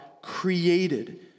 Created